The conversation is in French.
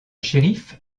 shérif